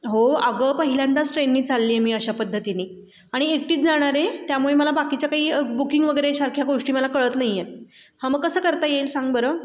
हो अगं पहिल्यांदाच ट्रेनने चालली आहे मी अशा पद्धतीने आणि एकटीच जाणार आहे त्यामुळे मला बाकीच्या काही बुकिंग वगैरे सारख्या गोष्टी मला कळत नाही आहेत हां मग कसं करता येईल सांग बरं